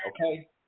okay